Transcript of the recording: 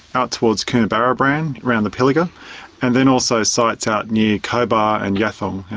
out towards coonabarabran around the pilliga and then also sites out near cobar and yathong.